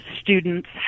students